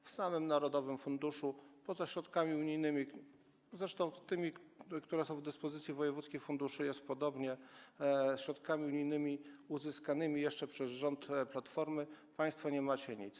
W samym narodowym funduszu, poza środkami unijnymi, zresztą tymi, które są w dyspozycji wojewódzkich funduszy - środkami unijnymi uzyskanymi jeszcze przez rząd Platformy - jest podobnie, państwo nie macie nic.